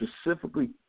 specifically